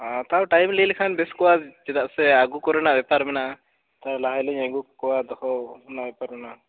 ᱛᱟᱣ ᱴᱟᱭᱤᱢ ᱞᱟᱹᱭ ᱞᱮᱠᱷᱟᱱ ᱵᱮᱥ ᱠᱚᱜᱼᱟ ᱪᱮᱫᱟᱜ ᱥᱮ ᱟᱹᱜᱩ ᱠᱚᱨᱮᱱᱟᱜ ᱵᱮᱯᱟᱨ ᱢᱮᱱᱟᱜᱼᱟ ᱞᱟᱦᱟ ᱦᱤᱞᱚᱜ ᱤᱧ ᱟᱹᱜᱩ ᱠᱟᱠᱚᱭᱟ ᱫᱚᱦᱚ ᱨᱮᱱᱟᱜ ᱵᱮᱯᱟᱨ ᱢᱮᱱᱟᱜᱼᱟ